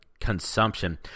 consumption